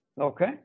okay